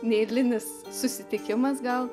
neeilinis susitikimas gal